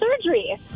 surgery